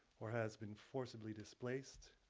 or has been forcibly displaced,